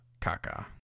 kaka